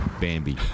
Bambi